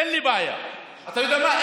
אין לי בעיה, אתה יודע מה?